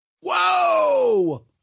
Whoa